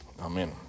Amen